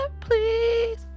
please